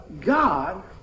God